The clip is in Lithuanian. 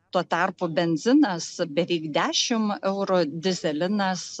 tuo tarpu benzinas beveik dešimt eurų dyzelinas